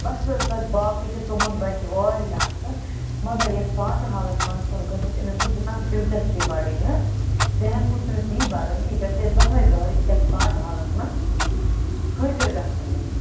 بَس حظ بَس باقٕے چھِ تُہُنٛد بَچہِ واریاہ اَصٕل مگر یَتھ ژاٹہٕ حالَس منٛز کُن گٔژھ أمِس گوٚژھ زیادٕ دِلچَسپی بَڑٕنۍ حظ ذہن گوٚژھ أمِس یی بَڑُن کہِ یہِ گژھِ ہے دۄہَے دۄہَے یَتھ ژاٹہٕ حالَس منٛز حٲضِر گژھُن حظ